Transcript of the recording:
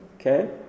Okay